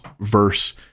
verse